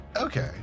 Okay